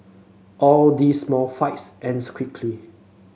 all these small fights ends quickly